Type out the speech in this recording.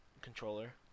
controller